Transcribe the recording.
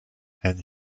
and